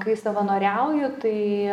kai savanoriauju tai